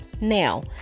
Now